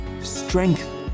strength